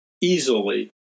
easily